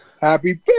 Happy